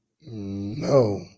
No